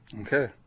Okay